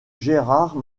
gérard